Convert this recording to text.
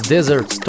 Desert